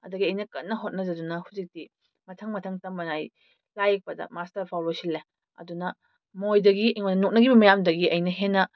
ꯑꯗꯨꯗꯒꯤ ꯑꯩꯅ ꯀꯟꯅ ꯍꯣꯠꯅꯖꯗꯨꯅ ꯍꯧꯖꯤꯛꯇꯤ ꯃꯊꯪ ꯃꯊꯪ ꯇꯝꯕꯅ ꯑꯩ ꯂꯥꯏ ꯌꯦꯛꯄꯗ ꯃꯥꯁꯇꯔ ꯐꯥꯎ ꯂꯣꯏꯁꯤꯜꯂꯦ ꯑꯗꯨꯅ ꯃꯣꯏꯗꯒꯤ ꯑꯩꯉꯣꯟꯗ ꯅꯣꯛꯅꯈꯤꯕ ꯃꯌꯥꯝꯗꯨꯗꯒꯤ ꯑꯩꯅ ꯍꯦꯟꯅ